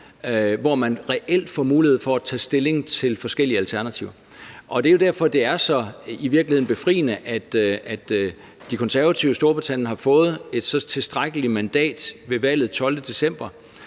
hvor man reelt får mulighed for at tage stilling til forskellige alternativer. Det er jo derfor, det i virkeligheden er så befriende, at de konservative i Storbritannien har fået et tilstrækkeligt mandat ved valget den 12. december,